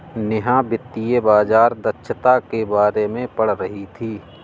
नेहा वित्तीय बाजार दक्षता के बारे में पढ़ रही थी